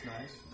nice